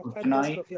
tonight